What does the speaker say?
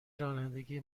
رانندگی